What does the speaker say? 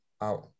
out